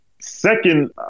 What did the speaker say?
Second